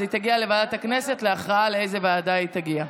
ההצעה תעבור לוועדת הכנסת להכרעה לאיזו ועדה היא תגיע.